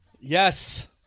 Yes